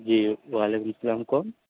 جی و علیکم السلام کون